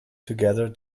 together